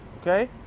Okay